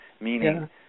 meaning